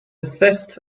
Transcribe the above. theft